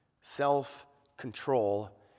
self-control